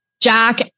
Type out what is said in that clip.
Jack